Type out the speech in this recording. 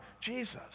Jesus